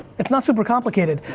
it's not super complicated.